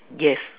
yes